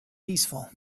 peaceful